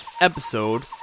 episode